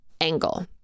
angle